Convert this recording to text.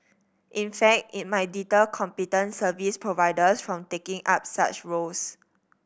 in fact it might deter competent service providers from taking up such roles